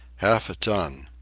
half a ton!